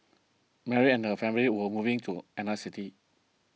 Mary and her family were moving to another city